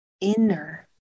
inner